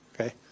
Okay